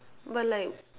but like